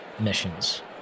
Missions